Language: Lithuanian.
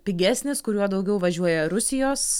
pigesnis kuriuo daugiau važiuoja rusijos